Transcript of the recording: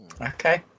okay